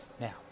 Now